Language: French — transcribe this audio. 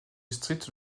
district